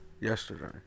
yesterday